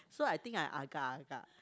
so I think I agak agak